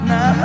Now